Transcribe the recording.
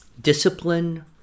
discipline